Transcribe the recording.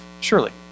surely